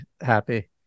happy